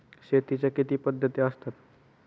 शेतीच्या किती पद्धती असतात?